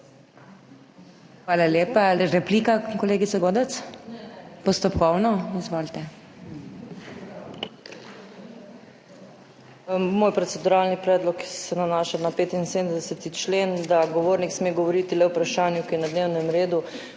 Hvala lepa. Replika, kolegica Godec? Postopkovno. Izvolite.